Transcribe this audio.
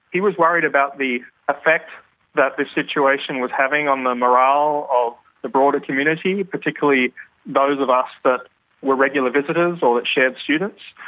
he was worried about the effect that this situation was having on the morale of the broader community, particularly those of us who but were regular visitors or that shared students,